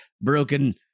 broken